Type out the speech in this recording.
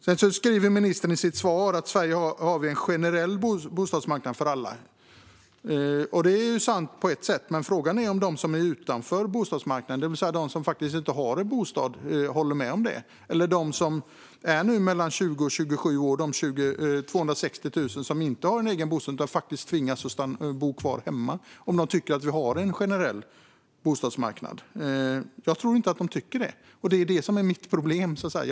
Ministern säger i sitt svar att vi i Sverige har en generell bostadsmarknad för alla. Det är ju sant på ett sätt, men frågan är ju om de som står utanför bostadsmarknaden - det vill säga de som faktiskt inte har en bostad - håller med om det. Frågan är om de 260 000 människor mellan 20 och 27 år som inte har en egen bostad utan faktiskt tvingas bo kvar hemma tycker att vi har en generell bostadsmarknad. Jag tror inte att de tycker det, och det är så att säga det som är mitt problem.